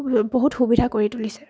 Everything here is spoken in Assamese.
বহুত সুবিধা কৰি তুলিছে